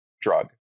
drug